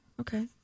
Okay